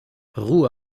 ruhe